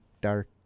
dark